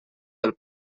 del